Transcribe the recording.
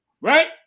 right